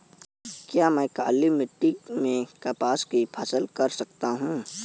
क्या मैं काली मिट्टी में कपास की फसल कर सकता हूँ?